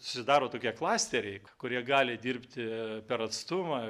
susidaro tokie klasteriai kurie gali dirbti per atstumą